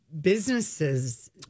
businesses